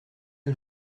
que